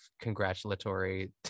congratulatory